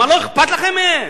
מה, לא אכפת לכם מהם?